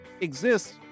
exists